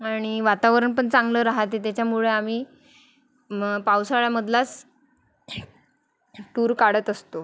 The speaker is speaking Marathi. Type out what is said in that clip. आणि वातावरण पण चांगलं राहते त्याच्यामुळे आम्ही म पावसाळ्यामधलाच टूर काढत असतो